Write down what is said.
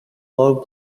low